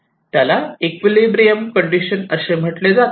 त्याला equilibrium condition म्हटले जाते